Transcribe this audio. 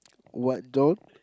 what though